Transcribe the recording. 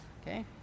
okay